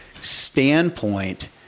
standpoint